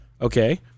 Okay